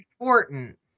important